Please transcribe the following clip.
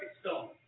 stone